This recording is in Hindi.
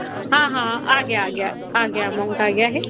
हाँ हाँ आ गया आ गया आ गया अमाउंट आ गया है